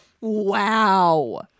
wow